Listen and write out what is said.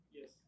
Yes